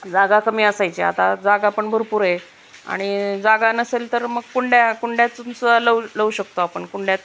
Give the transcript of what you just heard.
जागा कमी असायची आता जागा पण भरपूरय आणि जागा नसेल तर मग कुंड्या कुंड्यातूनच लवू लावू शकतो आपण कुंड्यात